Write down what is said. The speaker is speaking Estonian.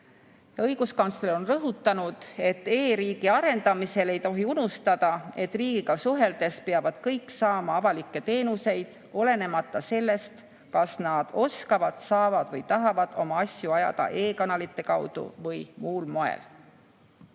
Õiguskantsler on rõhutanud, et e-riigi arendamisel ei tohi unustada, et riigiga suheldes peavad kõik saama avalikke teenuseid, olenemata sellest, kas nad oskavad, saavad või tahavad oma asju ajada e‑kanalite kaudu või muul